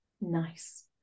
nice